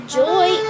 joy